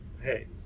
hey